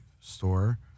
store